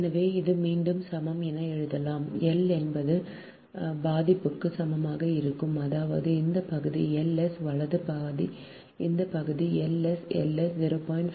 எனவே இது மீண்டும் சமம் என எழுதலாம் எல் என்பது பாதிக்குள் சமமாக இருக்கும் அதாவது இந்த பகுதி Ls வலது பாதி இந்த பகுதி Ls Ls 0